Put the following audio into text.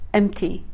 empty